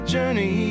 journey